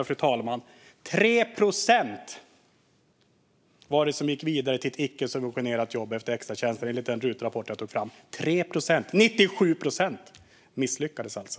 Det var 3 procent som gick vidare till ett icke-subventionerat jobb efter extratjänster, enligt den RUT-rapport jag tog fram. Det var alltså 97 procent som misslyckades.